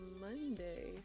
Monday